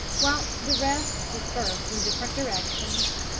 whilst the rest dispersed in different directions.